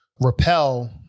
repel